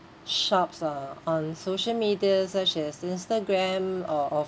shops uh on social media such as instagram or or